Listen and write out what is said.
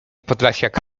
podlasiak